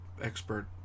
expert